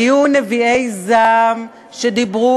כל פעם שהיינו ערב העלאת שכר מינימום היו נביאי זעם שדיברו